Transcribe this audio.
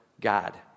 God